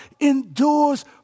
endures